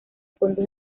fondos